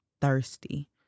thirsty